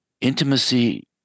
Intimacy